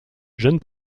jeune